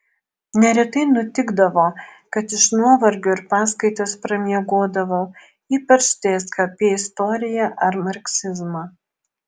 neretai nutikdavo kad iš nuovargio ir paskaitas pramiegodavau ypač tskp istoriją ar marksizmą